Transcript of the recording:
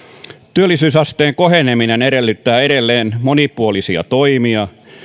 työllisyysasteen koheneminen edellyttää edelleen monipuolisia toimia